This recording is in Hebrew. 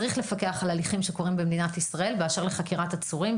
צריך לפקח על הליכים שקורים במדינת ישראל באשר לחקירת עצורים,